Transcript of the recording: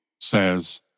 says